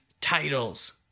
titles